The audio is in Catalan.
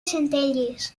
centelles